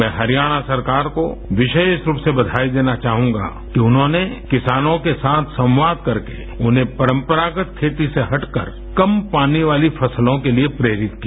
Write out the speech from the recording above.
मैं हरियाणा सरकार को विशेष रूप से बधाई देना चाहूंगा कि उन्होंने किसानों के साथ संवाद करके उन्हें परंपरागत खेती से हटकर कम पानी वाली खेती से प्रेरित किया